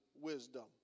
wisdom